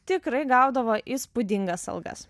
tikrai gaudavo įspūdingas algas